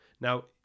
now